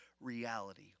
reality